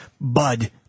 Bud